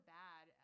bad